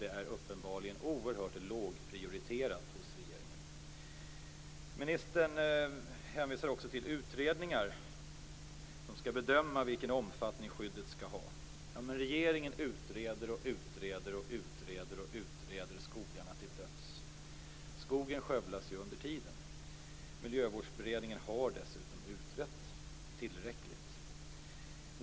Detta är uppenbarligen oerhört lågprioriterat hos regeringen. Ministern hänvisar också till utredningar som skall bedöma vilken omfattning skyddet skall ha. Regeringen utreder och utreder skogarna till döds! Skogen skövlas ju under tiden. Miljövårdsberedningen har dessutom utrett detta tillräckligt.